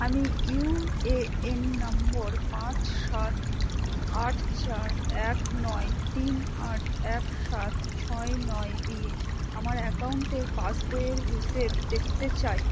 আমি UAN number পাঁচ সাত আট চার এক নয় তিন আট এক সাত ছয় নয় দিয়ে আমার অ্যাকাউন্টের পাসবইয়ের হিসেব দেখতে চাই